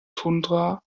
tundra